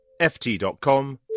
ft.com